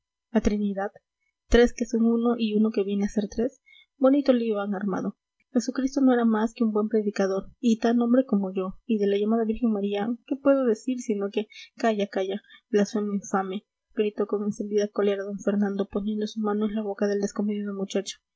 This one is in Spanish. la trinidad tres que son uno y uno que viene a ser tres bonito lío han armado jesucristo no era más que un buen predicador y tan hombre como yo y de la llamada virgen maría qué puedo decir sino que calla calla blasfemo infame gritó con encendida cólera d fernando poniendo su mano en la boca del descomedido muchacho